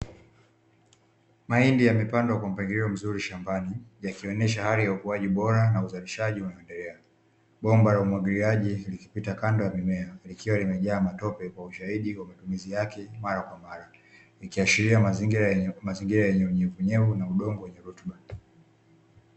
Maindi yamepangwa kwa mpangilio mzuri shambani bomba lamaji limepita kando yake likiwa limejaa matope likihashiria matumizi yake ya mara kwa mara kwa ukuaji bora wa zao hilo